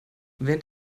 während